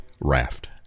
Raft